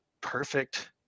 perfect